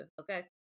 okay